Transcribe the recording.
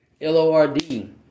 L-O-R-D